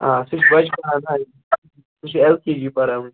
آ سُہ چھُ بَچہِ پَران حظ سُہ چھُ ایل کے جی پَران